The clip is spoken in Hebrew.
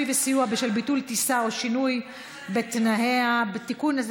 וסיוע בשל ביטול טיסה או שינוי בתנאיה) (תיקון),